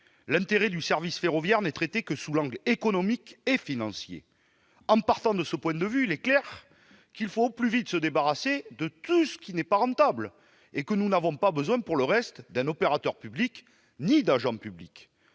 L'intérêt du service ferroviaire n'est traité que sous l'angle économique et financier. En partant de ce point de vue, il est clair qu'il faut au plus vite se débarrasser de tout ce qui n'est pas rentable et que nous n'avons pas besoin, pour le reste, d'un opérateur public ni d'agents publics.